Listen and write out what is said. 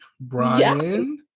brian